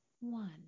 One